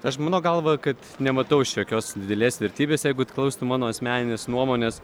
aš mano galva kad nematau jokios didelės vertybės jeigu klaustų mano asmeninės nuomonės